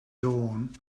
dawn